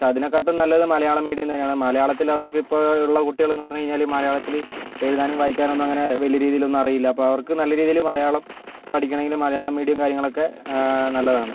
പക്ഷെ അതിനെക്കാട്ടിലും നല്ലത് മലയാളം മീഡിയം തന്നെ ആണ് മലയാളത്തിൽ അവർക്കിപ്പോൾ ഉള്ള കുട്ടികൾ എന്ന് പറഞ്ഞു കഴിഞ്ഞാൽ മലയാളത്തിൽ എഴുതാനും വായിക്കാനും ഒന്നും അങ്ങനെ വലിയ രീതിയിലൊന്നും അറിയില്ല അപ്പോൾ അവർക്ക് നല്ല രീതിയിൽ മലയാളം പഠിക്കണമെങ്കിൽ മലയാളം മീഡിയം കാര്യങ്ങളൊക്കെ നല്ലതാണ്